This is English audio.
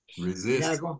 Resist